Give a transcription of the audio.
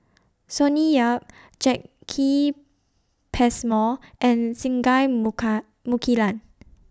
Sonny Yap Jacki Passmore and Singai Mukilan